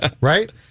right